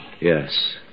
Yes